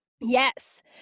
yes